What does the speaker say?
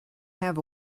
have